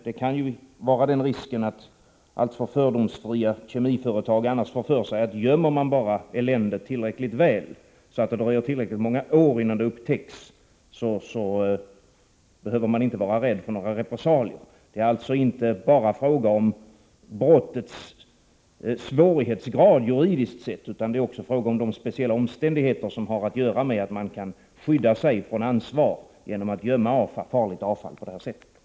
Det kan finnas en risk att alltför fördomsfria kemiföretag annars får för sig att om man bara gömmer eländet tillräckligt väl — så att det dröjer tillräckligt många år innan det upptäcks — behöver man inte vara rädd för repressalier. Det är alltså inte bara fråga om brottets svårighetsgrad juridiskt sett, det är också fråga om de speciella omständigheter som har att göra med att man kan skydda sig från ansvar genom att gömma farligt avfall på det här sättet.